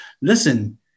Listen